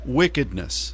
wickedness